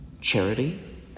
Charity